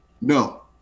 No